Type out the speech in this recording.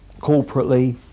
corporately